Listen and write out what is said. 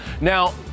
Now